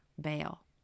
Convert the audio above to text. bail